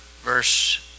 verse